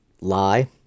lie